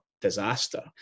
disaster